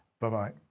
Bye-bye